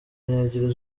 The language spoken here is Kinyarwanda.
n’ebyiri